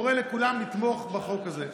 אני קורא לכולם לתמוך בחוק הזה.